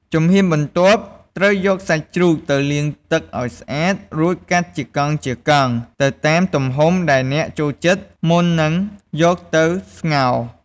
ជំហានបន្ទាប់ ត្រូវយកសាច់ជ្រូកទៅលាងទឹកឱ្យស្អាតរួចកាត់ជាកង់ៗ ទៅតាមទំហំដែលអ្នកចូលចិត្ត មុននឹងយកទៅស្ងោរ។